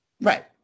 Right